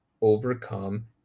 overcome